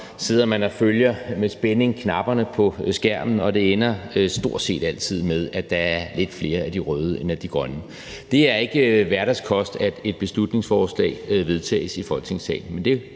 sidder og med spænding følger knapperne på skærmen, ender det stort set altid med, at der er lidt flere af de røde end af de grønne. Det er ikke hverdagskost, at et beslutningsforslag vedtages i Folketingssalen,